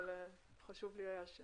אבל חשוב לי היה.